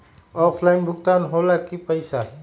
Offline भुगतान हो ला कि पईसा?